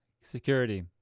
Security